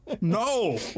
no